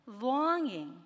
longing